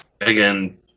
Again